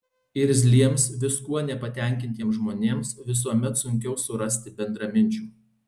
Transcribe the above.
irzliems viskuo nepatenkintiems žmonėms visuomet sunkiau surasti bendraminčių